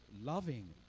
loving